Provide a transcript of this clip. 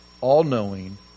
all-knowing